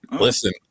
Listen